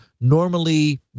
normally